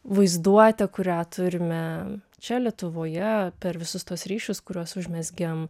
vaizduotę kurią turime čia lietuvoje per visus tuos ryšius kuriuos užmezgėm